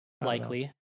Likely